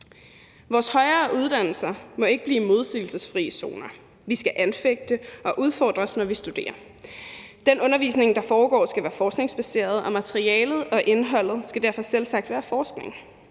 Vores højere uddannelser må ikke blive modsigelsesfrie zoner. Vi skal anfægte og udfordres, når vi studerer. Den undervisning, der foregår, skal være forskningsbaseret, og materialet og indholdet skal derfor selvsagt være forskning.